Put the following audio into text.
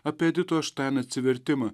apie editos štain atsivertimą